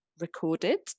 recorded